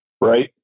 right